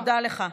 תודה לך.